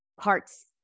parts